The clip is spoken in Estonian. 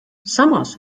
samas